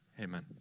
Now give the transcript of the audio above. Amen